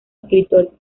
escritor